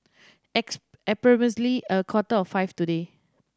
approximately a quarter to five today